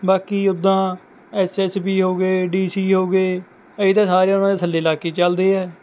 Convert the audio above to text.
ਬਾਕੀ ਉੱਦਾ S S P ਹੋਗੇ ਡੀ ਸੀ ਹੋਗੇ ਏਹਤਾ ਸਾਰੇ ਉਹਨਾਂ ਦੇ ਥੱਲੇ ਲਗਕੇ ਚੱਲਦੇ ਆ